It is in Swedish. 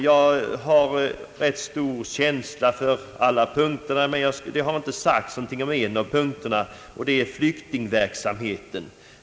Jag har rätt stark känsla för alla punkterna, men det har inte sagts någonting om en av dem, den som gäller flyktingverksamheten.